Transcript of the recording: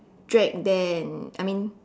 drag then I mean